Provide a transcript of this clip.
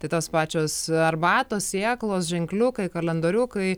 tai tos pačios arbatos sėklos ženkliukai kalendoriukai